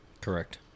Correct